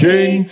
King